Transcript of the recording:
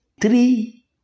Three